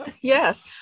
Yes